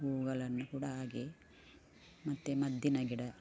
ಹೂಗಳನ್ನು ಕೂಡ ಹಾಗೆ ಮತ್ತು ಮದ್ದಿನ ಗಿಡ